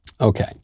Okay